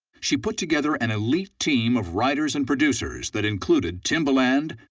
she put together an elite team of writers and producers that included timbaland,